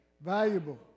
valuable